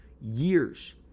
years